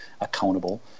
accountable